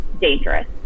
dangerous